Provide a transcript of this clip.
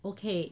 okay